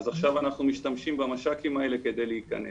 עכשיו אנחנו משתמשים במש"קים האלה כדי להכנס.